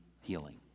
healing